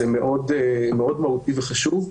זה מאוד מהותי וחשוב,